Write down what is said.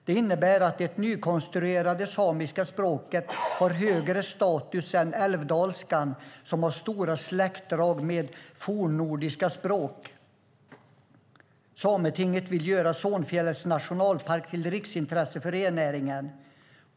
Det innebär att det nykonstruerade samiska språket har högre status än älvdalskan, som har stora släktdrag med fornnordiska språk. Sametinget vill göra Sonfjällets nationalpark till riksintresse för rennäringen.